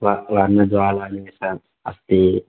वा वर्णज्वालनिमित्तम् अस्ति